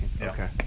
okay